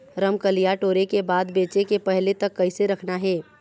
रमकलिया टोरे के बाद बेंचे के पहले तक कइसे रखना हे?